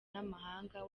n’amahanga